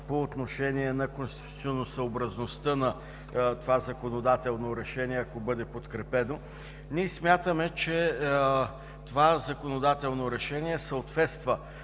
по отношение на конституционосъобразността на това законодателно решение, ако бъде подкрепено. Ние смятаме, че това законодателно решение съответства